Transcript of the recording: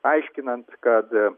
aiškinant kad